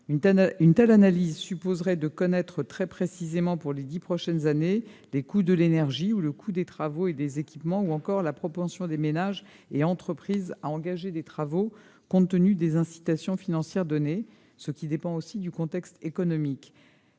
l'objectif visé supposerait de connaître très précisément, pour les dix prochaines années, les coûts de l'énergie, ceux des travaux et des équipements, ou encore la propension des ménages et des entreprises à engager des travaux compte tenu des incitations financières proposées. Or cela dépend aussi du contexte économique.